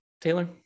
Taylor